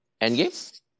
Endgame